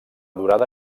durada